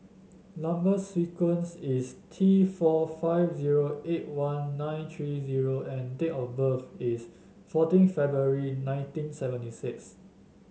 number sequence is T four five zero eight one nine three O and date of birth is fourteen February nineteen seventy six